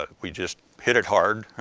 ah we just hit it hard,